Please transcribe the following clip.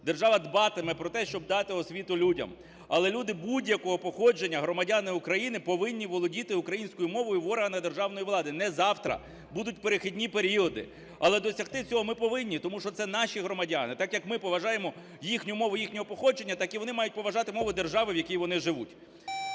Держава дбатиме про те, щоб дати освіту людям. Але люди будь-якого походження громадяни України повинні володіти українською мовою в органах державної влади, не завтра, будуть перехідні періоди. Але досягти цього ми повинні, тому що це наші громадяни. Так як ми поважаємо їхню мову їхнього походження, так і вони мають поважати мову держави, в якій вони живуть.